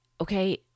Okay